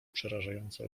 przerażająco